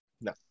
No